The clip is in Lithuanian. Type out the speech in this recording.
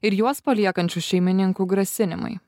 ir juos paliekančių šeimininkų grasinimai